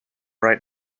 right